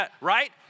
right